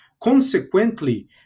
Consequently